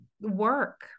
work